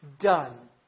done